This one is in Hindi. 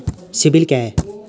सिबिल क्या है?